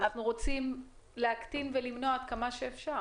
אנחנו רוצים למנוע את זה עד כמה שאפשר.